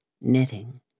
knitting